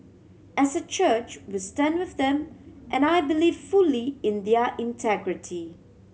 as a church we stand with them and I believe fully in their integrity